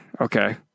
okay